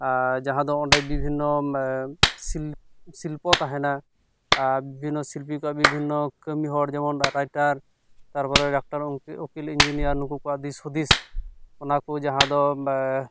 ᱡᱟᱦᱟᱸ ᱫᱚ ᱚᱸᱰᱮ ᱵᱤᱵᱷᱤᱱᱱᱚ ᱥᱤᱞᱯᱚ ᱛᱟᱦᱮᱱᱟ ᱟᱨ ᱵᱤᱵᱷᱤᱱᱱᱚ ᱥᱤᱞᱯᱤ ᱠᱚᱣᱟᱜ ᱵᱤᱵᱷᱤᱱᱱᱚ ᱠᱟᱹᱢᱤ ᱦᱚᱲ ᱡᱮᱢᱚᱱ ᱨᱟᱭᱴᱟᱨ ᱛᱟᱨᱯᱚᱨᱮ ᱰᱟᱠᱛᱟᱨ ᱩᱠᱤᱞ ᱤᱱᱡᱤᱱᱤᱭᱟᱨ ᱱᱩᱠᱩ ᱠᱚᱣᱟᱜ ᱫᱤᱥᱦᱩᱫᱤᱥ ᱚᱱᱟᱠᱚ ᱡᱟᱦᱟᱸ ᱫᱚ